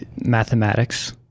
Mathematics